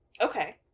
Okay